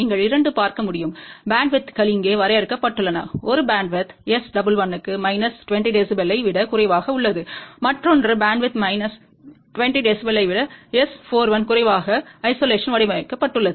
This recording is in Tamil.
நீங்கள் இரண்டு பார்க்க முடியும் பேண்ட்வித்கள் இங்கே வரையறுக்கப்பட்டுள்ளன ஒரு பேண்ட்வித் S11 க்குமைனஸ் 20 dB ஐ விட குறைவாக உள்ளது மற்றொன்று பேண்ட்வித் மைனஸ் 20 dBயை விடS41குறைவாகஐசோலேஷன் வடிவமைக்கப்பட்டுள்ளது